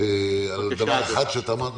על דבר אחד שאמרת.